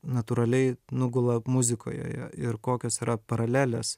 natūraliai nugula muzikoje ir kokios yra paralelės